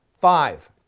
Five